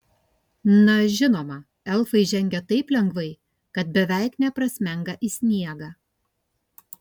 na žinoma elfai žengia taip lengvai kad beveik neprasmenga į sniegą